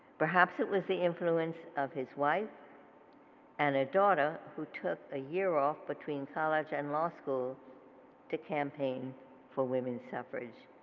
perhaps it was the influence of his wife and a daughter who took a year off between college and law school to campaign for women's suffrage.